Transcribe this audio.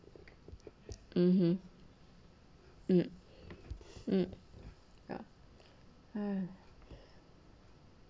mmhmm mm mm mm hmm